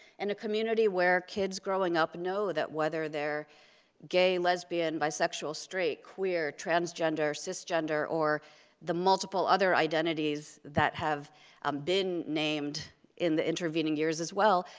and a community where kids growing up know that whether they're gay, lesbian, bisexual, straight, queer, transgender, cisgender, or the multiple other identities that have ah been named in the intervening years as well,